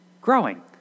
Growing